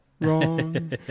Wrong